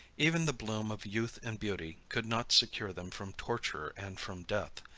even the bloom of youth and beauty could not secure them from torture and from death.